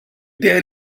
there